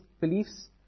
beliefs